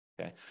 Okay